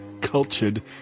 cultured